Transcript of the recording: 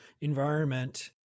environment